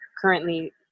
currently